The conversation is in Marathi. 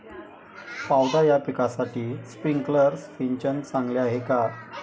पावटा या पिकासाठी स्प्रिंकलर सिंचन चांगले आहे का?